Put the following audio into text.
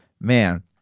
man